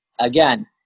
Again